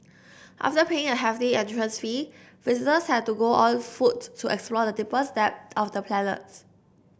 after paying a hefty entrance fee visitors had to go on foot to explore the deepest depths of the planets